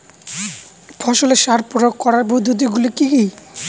ফসলে সার প্রয়োগ করার পদ্ধতি গুলি কি কী?